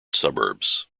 suburbs